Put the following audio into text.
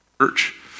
Church